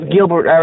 Gilbert